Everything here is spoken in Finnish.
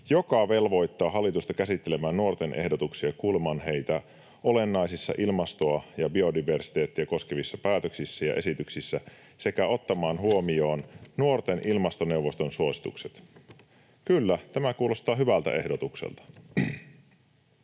joka velvoittaa hallitusta käsittelemään nuorten ehdotuksia ja kuulemaan heitä olennaisissa ilmastoa ja biodiversiteettiä koskevissa päätöksissä ja esityksissä sekä ottamaan huomioon nuorten ilmastoneuvoston suositukset.” — Kyllä, tämä kuulostaa hyvältä ehdotukselta.